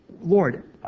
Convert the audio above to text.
Lord